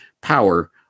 power